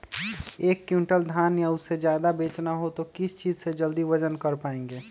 एक क्विंटल धान या उससे ज्यादा बेचना हो तो किस चीज से जल्दी वजन कर पायेंगे?